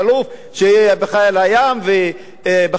שיהיה בחיל הים ובחיל האוויר?